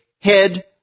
head